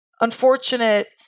unfortunate